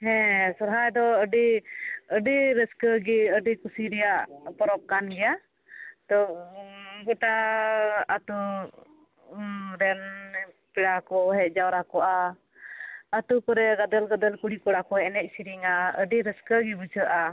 ᱦᱮ ᱸ ᱥᱚᱨᱦᱟᱭ ᱫᱚ ᱟᱹᱰᱤ ᱟᱹᱰᱤ ᱨᱟᱹᱥᱠᱟᱹ ᱜᱮ ᱟᱹᱰᱤ ᱠᱩᱥᱤ ᱨᱮᱭᱟᱜ ᱯᱚᱨᱚᱵᱽ ᱠᱟᱱ ᱜᱮᱭᱟ ᱛᱚ ᱜᱚᱴᱟᱻ ᱟᱛᱳ ᱨᱮᱱ ᱯᱮᱲᱟ ᱠᱚ ᱦᱮᱡ ᱡᱟᱣᱨᱟ ᱠᱚᱜᱼᱟ ᱟᱛᱳ ᱠᱚᱨᱮ ᱜᱟᱫᱮᱞ ᱜᱟᱫᱮᱞ ᱠᱩᱲᱤᱼᱠᱚᱲᱟ ᱠᱚ ᱮᱱᱮᱡᱼᱥᱮᱨᱮᱧᱟ ᱟᱹᱰᱤ ᱨᱟᱹᱥᱠᱟᱹ ᱜᱮ ᱵᱩᱡᱷᱟᱹᱜᱼᱟ